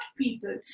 people